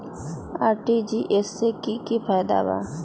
RTGS से की की फायदा बा?